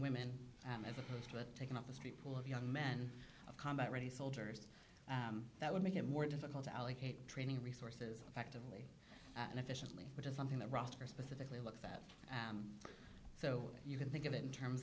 women as opposed to taking up the street pool of young men of combat ready soldiers that would make it more difficult to allocate training resources affectively and efficiently which is something the roster specifically looked at so you can think of it in terms